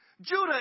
Judah